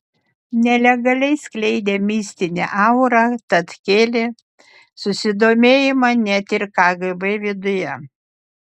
nelegalai skleidė mistinę aurą tad kėlė susidomėjimą net ir kgb viduje